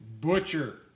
Butcher